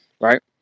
Right